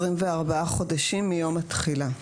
24 חודשים מיום התחילה.